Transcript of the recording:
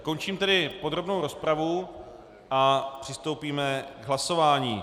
Končím tedy podrobnou rozpravu a přistoupíme k hlasování.